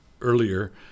earlier